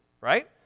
right